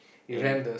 in